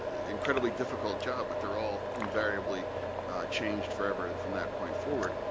incredibly difficult job, but they are all invariably changed forever from that point forward.